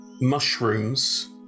mushrooms